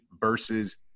versus